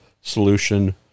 solution